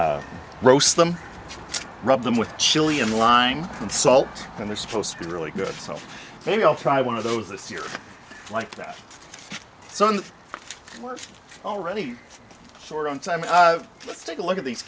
and roast them rub them with chili in line and salt and they're supposed to be really good so maybe i'll try one of those this year like the sun we're already short on time let's take a look at these